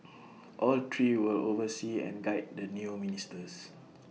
all three will oversee and guide the new ministers